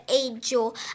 angel